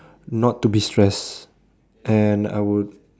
not to be stressed and I would